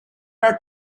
are